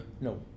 No